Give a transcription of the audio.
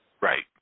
Right